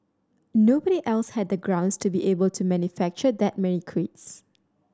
nobody else had the grounds to be able to manufacture that many crates